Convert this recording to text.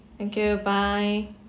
thank you bye